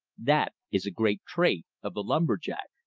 that is a great trait of the lumber-jack.